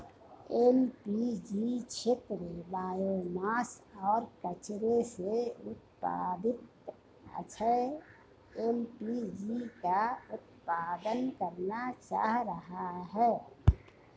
LPG क्षेत्र biomass और कचरे से उत्पादित अक्षय एल.पी.जी का उत्पादन करना चाह रहा है